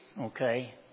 okay